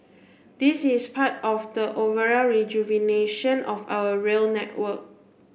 this is part of the overall rejuvenation of our rail network